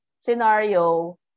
scenario